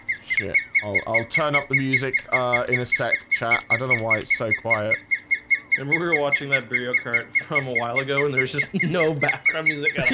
shit. oh, i'll turn up the music in a sec chat i don't know why it's so quiet and we were watching that video current from a while ago and there was just no background music